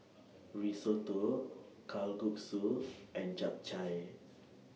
Risotto Kalguksu and Japchae